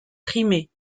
primés